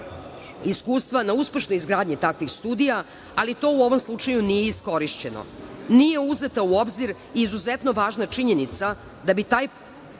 iskustva na uspešnoj izgradnji takvih studija, ali to u ovom slučaju nije iskorišćeno. Nije uzeta u obzir izuzetno važna činjenica, da bi taj